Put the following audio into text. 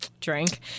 drink